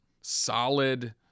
solid